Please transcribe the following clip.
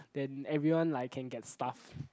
then everyone like can get stuff